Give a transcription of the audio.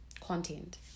content